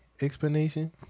explanation